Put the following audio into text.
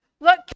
Look